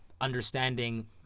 understanding